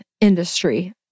industry